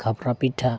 ᱠᱷᱟᱯᱨᱟ ᱯᱤᱴᱷᱟᱹ